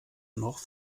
noch